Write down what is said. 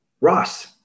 Ross